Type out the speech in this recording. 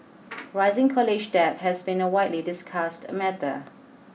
rising college debt has been a widely discussed matter